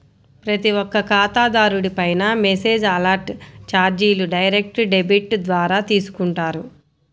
ప్రతి ఒక్క ఖాతాదారుడిపైనా మెసేజ్ అలర్ట్ చార్జీలు డైరెక్ట్ డెబిట్ ద్వారా తీసుకుంటారు